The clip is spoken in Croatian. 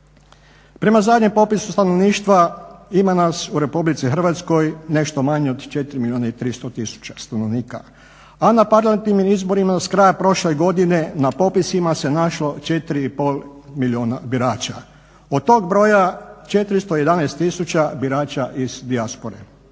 Prema zadnjem popisu stanovništva ima nas u RH nešto manje od 4 milijuna i 300 tisuća stanovnika, a na parlamentarnim izborima s kraja prošle godine na popisima se našlo 4,5 milijuna birača. Od tog broja 411 tisuća birača iz dijaspore.